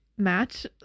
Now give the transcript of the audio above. match